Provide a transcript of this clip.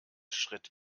schritt